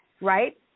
right